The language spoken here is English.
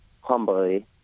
humbly